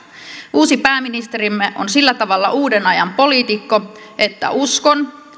uusi pääministerimme on sillä tavalla uuden ajan poliitikko että uskon